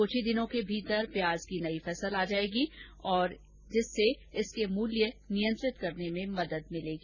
क्छ ही दिनों के अंदर प्याज की नयी फसल आ जाएगी जिससे इसके मूल्य को नियंत्रित करने में मदद मिलेगी